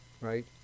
Right